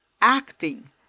acting